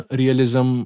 realism